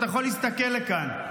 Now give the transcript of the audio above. אתה יכול להסתכל לכאן,